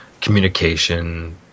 communication